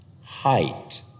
height